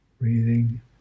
breathing